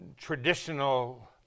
traditional